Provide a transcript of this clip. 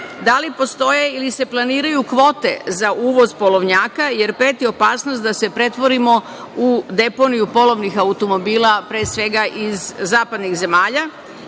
Da li postoje ili se planiraju kvote za uvoz polovnjaka, jer preti opasnost da se pretvorimo u deponiju polovnih automobila, pre svega iz zapadnih zemalja?